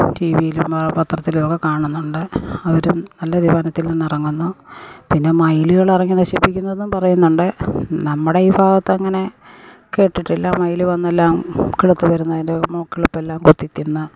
ടീവിയിലും പത്രത്തിലുമൊക്കെ കാണുന്നുണ്ട് അവരും ഈ വനത്തിൽ നിന്നിറങ്ങുന്നു പിന്നെ മയിലുകൾ ഇറങ്ങി നശിപ്പിക്കുന്നന്നെന്നും പറയുന്നുണ്ട് നമ്മുടെ ഈ ഭാഗത്തങ്ങനെ കേട്ടിട്ടില്ല മയിൽ വന്ന് എല്ലാം കിളിർത്തു വരുന്നതിൻ്റെ കിളിർപ്പെല്ലാം കൊത്തിത്തിന്ന്